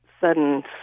sudden